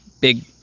big